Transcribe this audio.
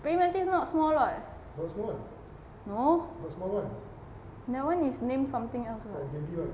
praying mantis not small [what] no that [one] is named something else lah